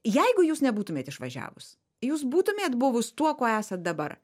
jeigu jūs nebūtumėt išvažiavus jūs būtumėt buvus tuo kuo esat dabar